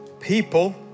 People